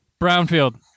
Brownfield